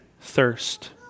thirst